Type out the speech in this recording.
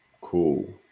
Cool